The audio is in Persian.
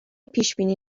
پیشبینی